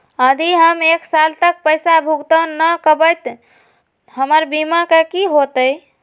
यदि हम एक साल तक पैसा भुगतान न कवै त हमर बीमा के की होतै?